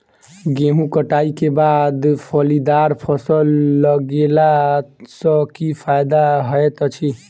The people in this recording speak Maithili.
गेंहूँ कटाई केँ बाद फलीदार फसल लगेला सँ की फायदा हएत अछि?